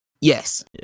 Yes